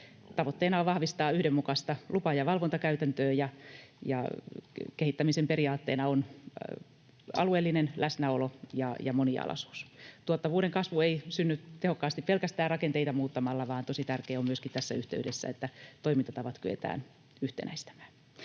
Tavoitteena on vahvistaa yhdenmukaisia lupa- ja valvontakäytäntöjä. Kehittämisen periaatteena on alueellinen läsnäolo ja monialaisuus. Tuottavuuden kasvu ei synny tehokkaasti pelkästään rakenteita muuttamalla, vaan tosi tärkeää on myöskin tässä yhteydessä, että toimintatavat kyetään yhtenäistämään.